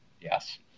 Yes